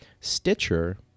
Stitcher